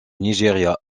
nigeria